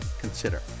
consider